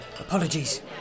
Apologies